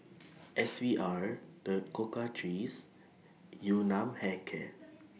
S V R The Cocoa Trees and Yun Nam Hair Care